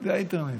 זה האינטרנט.